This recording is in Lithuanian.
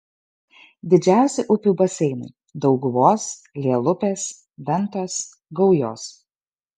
didžiausi upių baseinai dauguvos lielupės ventos gaujos